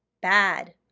Bad